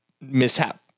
mishap